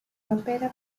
opera